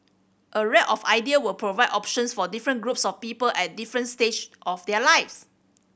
a raft of idea will provide options for different groups of people at different stage of their lives